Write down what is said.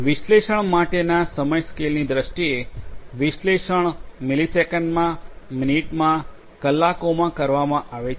વિશ્લેષણ માટેના સમય સ્કેલની દ્રષ્ટિએ વિશ્લેષણ મિલિસેકંડમાં મિનિટમાં કલાકોમાં કરવામાં આવે છે